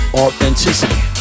authenticity